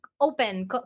open